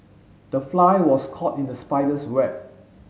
the fly was caught in the spider's web